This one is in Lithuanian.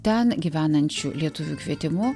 ten gyvenančių lietuvių kvietimu